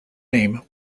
name